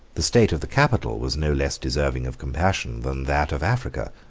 the state of the capital was no less deserving of compassion than that of africa.